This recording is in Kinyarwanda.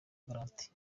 garanti